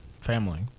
family